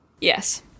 Yes